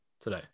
today